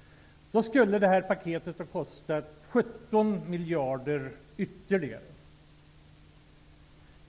-- då skulle det här paketet ha kostat 17 miljarder ytterligare.